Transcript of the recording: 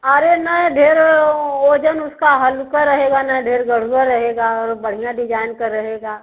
अरे नहीं ढेर वज़न उसका हल्का रहेगा ना डेढ़ गरुआ रहेगा और बढ़िया डिजाइन का रहेगा